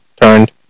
turned